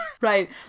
Right